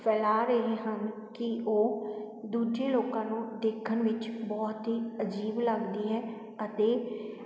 ਫੈਲਾਅ ਰਹੇ ਹਨ ਕਿ ਉਹ ਦੂਜੇ ਲੋਕਾਂ ਨੂੰ ਦੇਖਣ ਵਿੱਚ ਬਹੁਤ ਹੀ ਅਜੀਬ ਲੱਗਦੀ ਹੈ ਅਤੇ